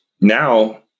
Now